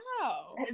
wow